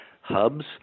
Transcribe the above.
hubs